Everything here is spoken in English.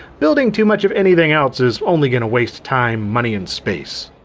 building too much of anything else is only gonna waste time, money, and space.